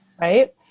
right